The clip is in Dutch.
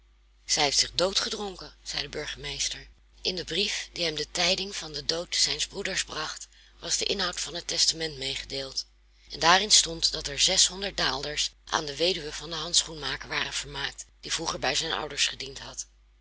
zij heeft zich doodgedronken zei de burgemeester in den brief die hem de tijding van den dood zijns broeders bracht was de inhoud van het testament meegedeeld en daarin stond dat er zeshonderd daalders aan de weduwe van den handschoenmaker waren vermaakt die vroeger bij zijn ouders gediend had